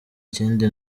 kindi